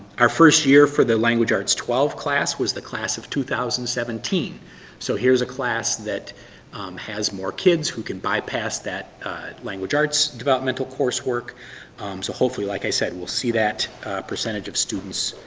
our first year for the language arts twelve class was the class of two thousand and seventeen so here's a class that has more kids who can bypass that language arts developmental coursework. so hopefully, like i said, we'll see that percentage of students